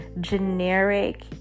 generic